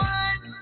one